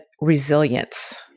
resilience